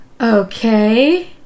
okay